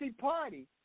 party